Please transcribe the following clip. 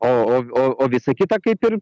o o o o visa kita kaip ir